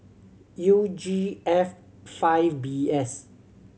U G F five B S